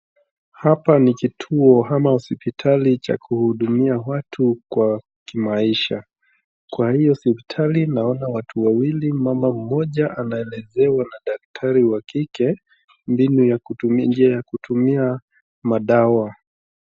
Hapa ni kituo ama hospitali cha kuhudumia watu kwa kimaisha. Kwa hiyo hospitali naona watu wawili. Mama mmoja anaelezewa na daktari wa kike mbinu ya kutumia njia ya kutumia madawa.